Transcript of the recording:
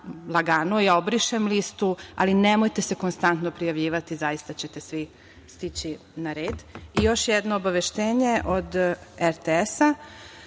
sistem, ja obrišem listu, ali nemojte se konstanto prijavljivati zaista ćete svi stići na red. Još jedno obaveštenje od RTS-a